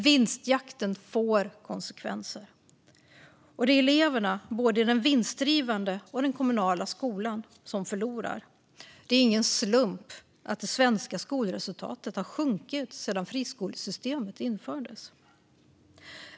Vinstjakten får konsekvenser, och det är eleverna både i den vinstdrivande och i den kommunala skolan som förlorar. Det är ingen slump att det svenska skolresultatet sjunkit sedan friskolesystemet infördes.